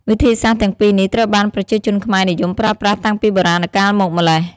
វិធីសាស្ត្រទាំងពីរនេះត្រូវបានប្រជាជនខ្មែរនិយមប្រើប្រាស់តាំងពីបុរាណកាលមកម្ល៉េះ។